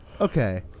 okay